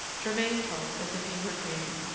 germain talked as if he were dreaming,